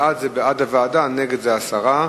בעד זה בעד דיון וועדה, נגד זה הסרה.